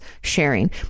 sharing